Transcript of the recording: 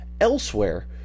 elsewhere